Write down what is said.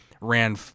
ran